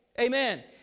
Amen